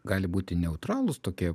gali būti neutralūs tokie